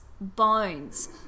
bones